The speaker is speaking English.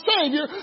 Savior